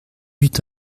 eut